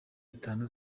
itanu